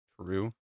True